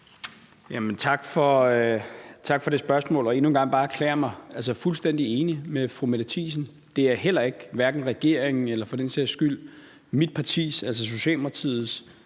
Tak for det spørgsmål, og endnu en gang vil jeg bare erklære mig fuldstændig enig med fru Mette Thiesen. Det er heller ikke hverken regeringens eller for den sags skyld mit partis, altså Socialdemokratiets,